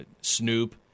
Snoop